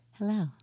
Hello